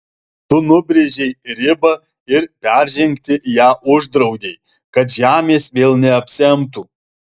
tu nubrėžei ribą ir peržengti ją uždraudei kad žemės vėl neapsemtų